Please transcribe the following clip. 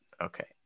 Okay